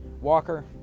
Walker